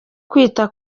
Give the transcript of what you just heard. kwita